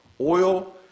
oil